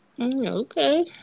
Okay